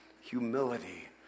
humility